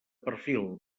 perfil